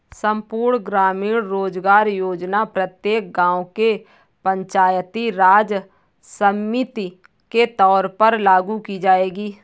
संपूर्ण ग्रामीण रोजगार योजना प्रत्येक गांव के पंचायती राज समिति के तौर पर लागू की जाएगी